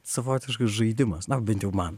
savotiškas žaidimas na bent jau man